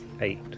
Eight